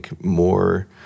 more